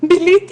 ביליתי